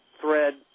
thread